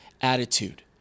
attitude